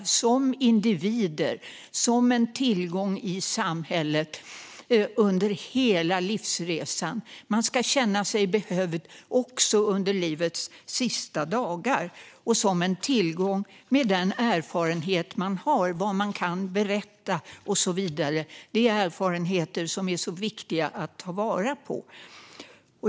Vi måste se dem som en tillgång i samhället under hela livsresan. Man ska känna sig behövd också under livets sista dagar och känna sig som en tillgång med den erfarenhet man har, vad man kan berätta och så vidare. Det är erfarenheter som är viktiga att ta vara på.